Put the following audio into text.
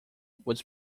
would